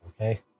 okay